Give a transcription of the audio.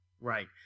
Right